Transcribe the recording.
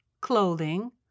clothing